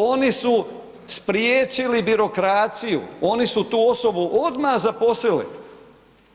Oni su spriječili birokraciju, oni su tu osobu odmah zaposlili,